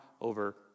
over